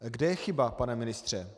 Kde je chyba, pane ministře?